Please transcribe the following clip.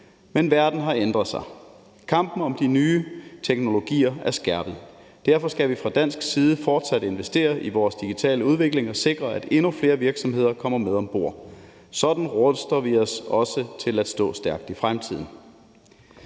Men verden har ændret sig. Kampen om de nye teknologier er skærpet. Derfor skal vi fra dansk side fortsat investere i vores digitale udvikling og sikre, at endnu flere virksomheder kommer med om bord. Sådan ruster vi os også til at stå stærkt i fremtiden.